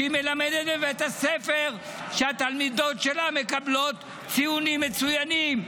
שמלמדת בבית ספר שהתלמידות שלו מקבלות ציונים מצוינים,